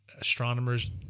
Astronomer's